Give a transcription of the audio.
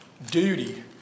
Duty